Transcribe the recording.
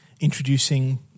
introducing